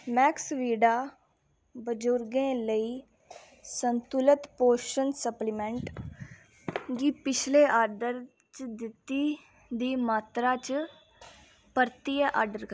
मैक्सविडा बजुर्गें लेई संतुलत पोशन सप्लीमैंट्ट गी पिछले आर्डर च दित्ती दी मात्तरा च परतियै आर्डर करो